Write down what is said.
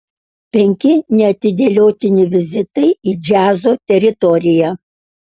penki neatidėliotini vizitai į džiazo teritoriją